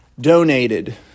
donated